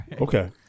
okay